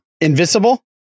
Invisible